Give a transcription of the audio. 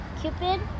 Cupid